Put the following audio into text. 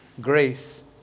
grace